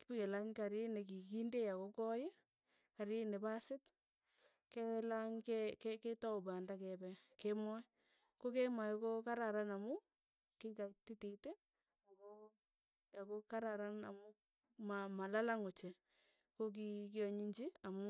kipakelany kari ne ki kinde ak ko koi, karit ne pasit, ke lany ke- ke tau panda kepe kemoi ko kemoi ko kararan amu kikaititi ii ako ako kararan amu malalang ochei ko kikianyinchi amu